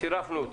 צירפנו אותך.